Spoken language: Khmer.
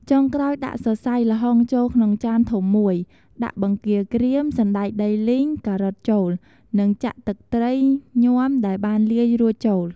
ចុងក្រោយ ដាក់សរសៃល្ហុងចូលក្នុងចានធំមួយ ដាក់បង្គាក្រៀម សណ្ដែកដីលីង ការ៉ុតចូល និងចាក់ទឹកត្រីញាំដែលបានលាយរួចចូល។